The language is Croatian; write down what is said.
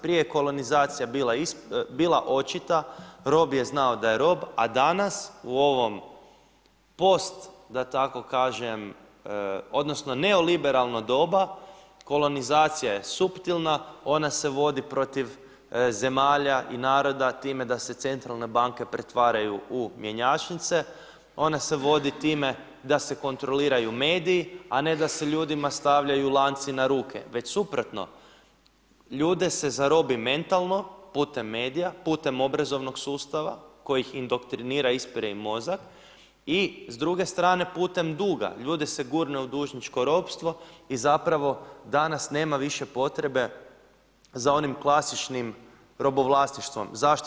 Prije je kolonizacija bila očita, rob je znao da je rob a danas i ovom post da tako kažem, odnosno neoliberalno doba, kolonizacija je suptilna, ona se vodi protiv zemalja i naroda time da se centralne banke pretvaraju u mjenjačnice, ona se vodi time da se kontroliraju mediji a ne da se ljudima stavljaju lanci na ruke, već suprotno, ljude se zarobi mentalno putem medija, putem obrazovnog sustav koji ih indoktrinira, ispire im mozak i s druge strane, putem duga, ljude se gurne u dužničko ropstvo i zapravo danas nema više potrebe za onim klasičnim robovlasništvo, zašto?